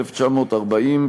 1940,